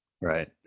Right